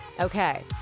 Okay